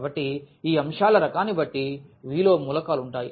కాబట్టి ఈ అంశాల రకాన్ని బట్టి V లో మూలకాలు ఉంటాయి